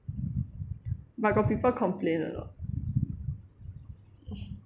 but got people complain or not